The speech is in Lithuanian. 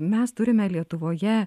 mes turime lietuvoje